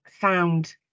sound